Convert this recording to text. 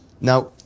Now